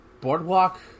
boardwalk